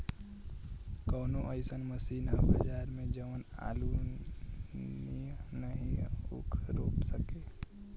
कवनो अइसन मशीन ह बजार में जवन आलू नियनही ऊख रोप सके?